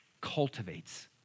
cultivates